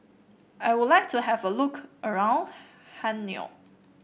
I would like to have a look around Hanoi